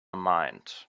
mind